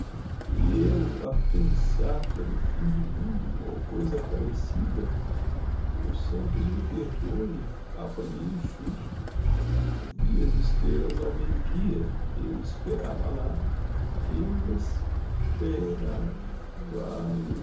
e eu a pensar que era o fim do mundo ou coisa parecida os santos me perdoem apanhei um susto vi as estrellas ao meio dia eu esperava lá eu